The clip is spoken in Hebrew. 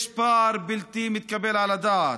יש פער בלתי מתקבל על הדעת,